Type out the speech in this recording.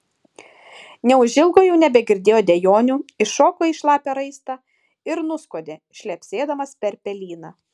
neužilgo jau nebegirdėjo dejonių iššoko į šlapią raistą ir nuskuodė šlepsėdamas per pelyną